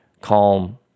calm